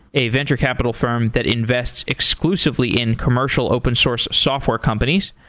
a venture capital firm that invests exclusively in commercial open source software companies.